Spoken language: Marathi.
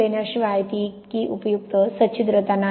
देण्याशिवाय ती इतकी उपयुक्त सच्छिद्रता नाही